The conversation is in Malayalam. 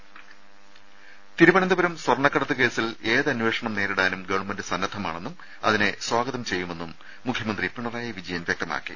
രുമ തിരുവനന്തപുരം സ്വർണ്ണക്കടത്ത് കേസിൽ ഏതന്വേഷണം നേരിടാനും ഗവൺമെന്റ് സന്നദ്ധമാണെന്നും അതിനെ സ്വാഗതം ചെയ്യുമെന്നും മുഖ്യമന്ത്രി പിണറായി വിജയൻ വ്യക്തമാക്കി